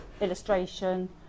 illustration